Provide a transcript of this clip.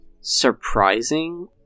surprising